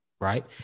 right